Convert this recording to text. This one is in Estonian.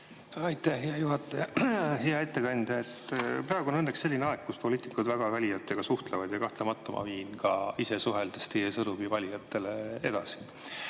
Aitäh, hea juhataja! Hea ettekandja! Praegu on õnneks selline aeg, kus poliitikud väga valijatega suhtlevad, ja kahtlemata ma viin ka ise suheldes teie sõnumi valijatele edasi.